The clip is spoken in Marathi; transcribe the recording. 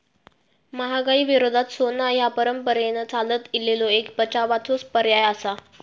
महागाई विरोधात सोना ह्या परंपरेन चालत इलेलो एक बचावाचो पर्याय आसा